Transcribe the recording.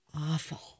awful